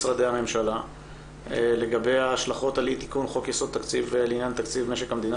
משרד הבריאות ועם לשכת השר בדיון שקיימנו כאן כאחד מדיוני ההכנה